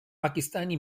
pakistani